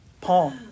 Paul